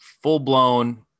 full-blown